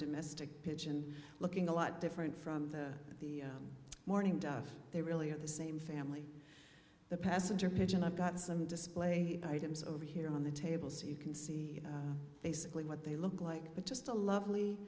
domestic pigeon looking a lot different from the morning duf they really are the same family the passenger pigeon i've got some display items over here on the table so you can see basically what they look like but just a lovely